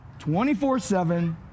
24-7